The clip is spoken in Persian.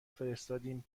فرستادیم